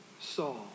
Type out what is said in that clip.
Saul